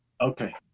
Okay